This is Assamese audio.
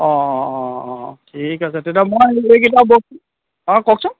অঁ অঁ অঁ অঁ ঠিক আছে তেতিয়া মই এইকেইটা বস্তু অঁ কওকচোন